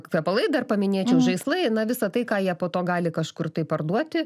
kvepalai dar paminėčiau žaislai na visa tai ką jie po to gali kažkur tai parduoti